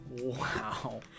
Wow